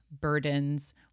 burdens